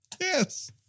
Yes